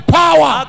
power